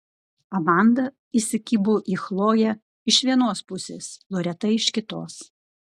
amanda įsikibo į chloję iš vienos pusės loreta iš kitos